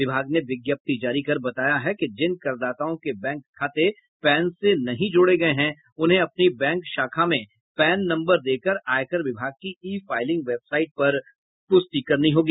विभाग ने विज्ञप्ति जारी कर बताया है कि जिन करदाताओं के बैंक खाते पैन से नहीं जोड़े गये हैं उन्हें अपनी बैंक शाखा में पैन नम्बर देकर आयकर विभाग की ई फाइलिंग वेबसाइट पर पुष्टि करनी होगी